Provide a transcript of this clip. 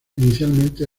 inicialmente